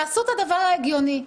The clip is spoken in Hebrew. תעשו את הדבר ההגיוני,